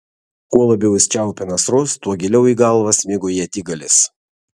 kuo labiau jis čiaupė nasrus tuo giliau į galvą smigo ietigalis